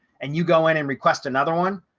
and you go in and request another one,